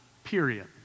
Period